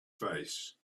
face